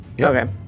Okay